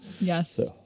Yes